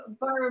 Barb